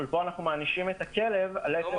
אבל פה אנחנו מענישים את הכלב על עצם